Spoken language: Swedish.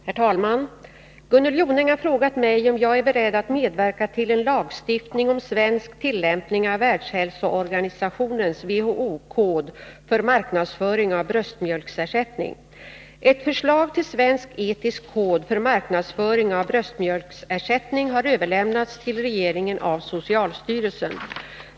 Herr talman! Gunnel Jonäng har frågat mig om jag är beredd att medverka till en lagstiftning om svensk tillämpning av Världshälsoorganisationens kod för marknadsföring av bröstmjölksersättning. Ett förslag till svensk etisk kod för marknadsföring av bröstmjölksersättning har överlämnats till regeringen av socialstyrelsen.